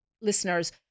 listeners